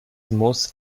muß